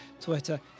Twitter